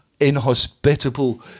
inhospitable